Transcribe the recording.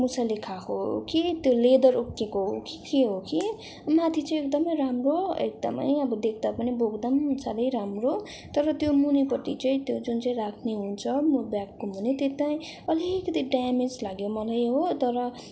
मुसाले खाएको हो कि त्यो लेदर उक्किएको हो कि के हो कि माथि चाहिँ एकदमै राम्रो एकदमै अब देख्दा पनि बोक्दा पनि साह्रै राम्रो तर त्यो मुनिपटि चाहिँ त्यो जुन चाहिँ राख्ने हुन्छ मूल ब्यागको मुनि त्यो चाहिँ अलिकति ड्यामेज लाग्यो मलाई हो तर